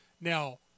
Now